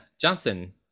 Johnson